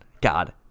God